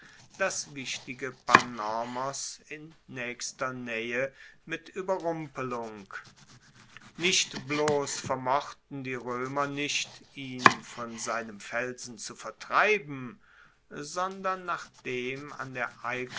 das wichtige panormos in naechster naehe mit ueberrumpelung nicht bloss vermochten die roemer nicht ihn von seinem felsen zu vertreiben sondern nachdem an der